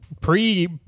pre